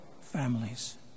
families